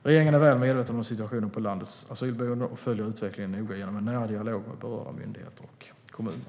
Regeringen är väl medveten om situationen på landets asylboenden och följer utvecklingen noga genom en nära dialog med berörda myndigheter och kommuner.